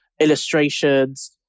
illustrations